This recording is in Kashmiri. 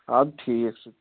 اَدٕ ٹھیٖک چھُ